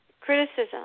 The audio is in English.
Criticism